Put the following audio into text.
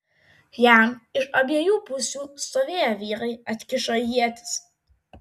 jam iš abiejų pusių stovėję vyrai atkišo ietis